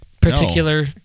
particular